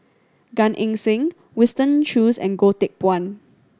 Gan Eng Seng Winston Choos and Goh Teck Phuan